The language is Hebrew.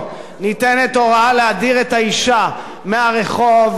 ניתנת הוראה להדיר את האשה מהרחוב,